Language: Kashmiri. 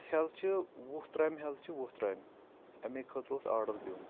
اَسہِ حظ چھِ وُہ ترٛامہِ حظ چھِ وُہ ترٛامہِ اَمے خٲطرٕ اوس آرڈَر دیُن